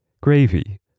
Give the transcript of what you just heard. gravy